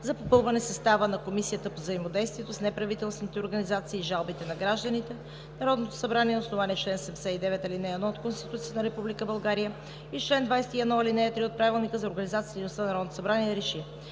за попълване състава на Комисията по взаимодействието с неправителствените организации и жалбите на гражданите Народното събрание на основание чл. 79, ал. 1 от Конституцията на Република България и чл. 21, ал. 3 от Правилника за организацията и дейността на Народното събрание РЕШИ: